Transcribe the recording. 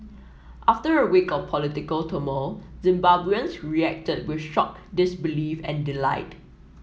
after a week of political turmoil Zimbabweans reacted with shock disbelief and delight